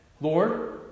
Lord